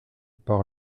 par